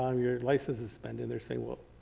um your license is suspend and they're saying well,